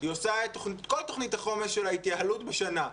היא עושה את כל תוכנית החומש של ההתייעלות בשנה,